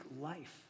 life